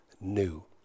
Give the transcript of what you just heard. new